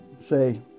Say